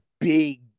big